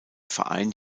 verein